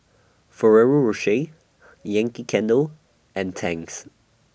Ferrero Rocher Yankee Candle and Tangs